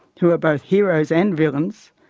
who are both heroes and villains,